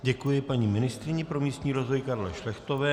Děkuji paní ministryni pro místní rozvoj Karle Šlechtové.